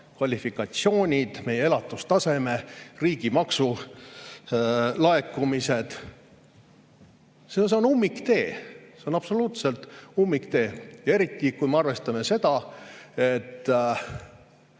kvalifikatsioonid, meie elatustaseme, riigi maksulaekumised. See on ummiktee! See on absoluutselt ummiktee ja seda eriti, kui me arvestame seda, et